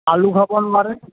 আলু খাব নোৱাৰে